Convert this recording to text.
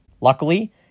luckily